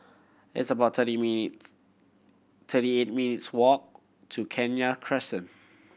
it's about thirty minutes' thirty eight minutes' walk to Kenya Crescent